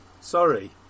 sorry